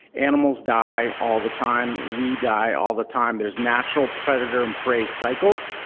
animals die all the time. we die all the time. there's natural predator and prey cycles.